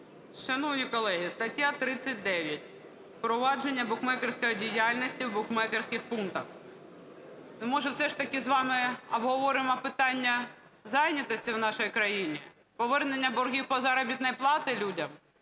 Шановні колеги, стаття 39 "Провадження букмекерської діяльності у букмекерських пунктах". Ну, може, все ж таки з вами обговоримо питання зайнятості в нашій країні, повернення боргів по заробітній платі людям,